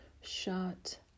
shut